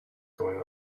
going